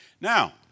Now